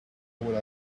would